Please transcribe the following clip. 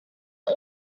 are